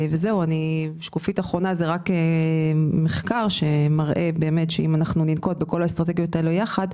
השקף האחרון מראה מחקר לפיו אם ננקוט בכל האסטרטגיות האלה יחד,